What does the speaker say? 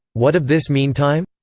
what of this meantime?